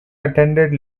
attended